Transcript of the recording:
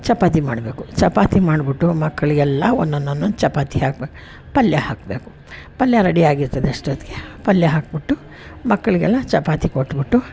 ಚಪಾತಿ ಮಾಡಬೇಕು ಚಪಾತಿ ಮಾಡಿಬಿಟ್ಟು ಮಕ್ಕಳಿಗೆಲ್ಲ ಒಂದೊಂದೊಂದೊಂದು ಚಪಾತಿ ಹಾಕ್ಬೇಕು ಪಲ್ಯ ಹಾಕಬೇಕು ಪಲ್ಯ ರೆಡಿ ಆಗಿರ್ತದೆ ಅಷ್ಟೊತ್ತಿಗೆ ಪಲ್ಯ ಹಾಕಿಬಿಟ್ಟು ಮಕ್ಕಳಿಗೆಲ್ಲ ಚಪಾತಿ ಕೊಟ್ಟುಬಿಟ್ಟು